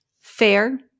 fair